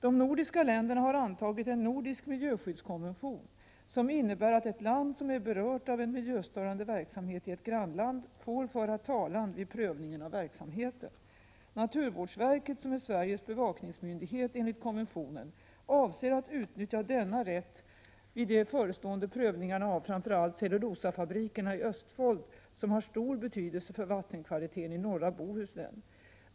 De nordiska länderna har antagit en nordisk miljöskyddskonvention, som innebär att ett land som är berört av en miljöstörande verksamhet i ett grannland får föra talan vid prövningen av verksamheten. Naturvårdsverket, som är Sveriges bevakningsmyndighet enligt konventionen, avser att utnyttja denna rätt vid de förestående prövningarna av framför allt cellulosafabrikerna i Östfold, som har stor betydelse för vattenkvaliteten i norra Bohuslän.